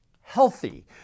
healthy